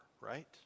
right